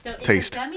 taste